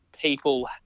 people